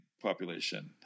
population